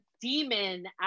demon